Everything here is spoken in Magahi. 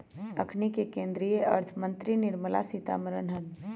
अखनि के केंद्रीय अर्थ मंत्री निर्मला सीतारमण हतन